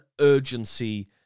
urgency